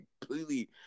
completely